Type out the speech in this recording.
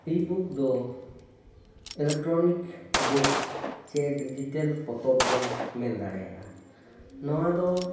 ebook ᱫᱚ electronic book ᱪᱮ digital ᱯᱚᱛᱚᱵ ᱵᱚᱱ ᱢᱮᱱ ᱫᱟᱮᱭᱟᱜᱼᱟ ᱱᱚᱣᱟ ᱫᱚ